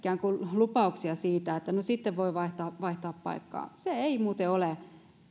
lupauksia siitä että no sitten voi vaihtaa vaihtaa paikkaa se ei muuten ole